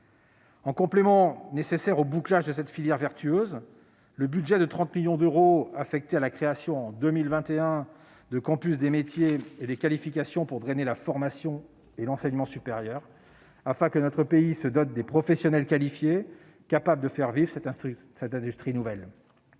En complément nécessaire au bouclage de cette filière vertueuse, un budget de 30 millions d'euros a été affecté à la création, en 2021, de campus des métiers et des qualifications pour drainer la formation et l'enseignement supérieur, afin que notre pays se dote des professionnels qualifiés capables de faire vivre cette industrie nouvelle.